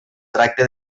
tracte